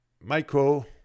micro